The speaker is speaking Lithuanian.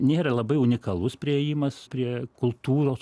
nėra labai unikalus priėjimas prie kultūros